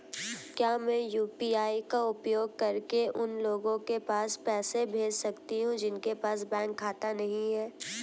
क्या मैं यू.पी.आई का उपयोग करके उन लोगों के पास पैसे भेज सकती हूँ जिनके पास बैंक खाता नहीं है?